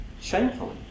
shamefully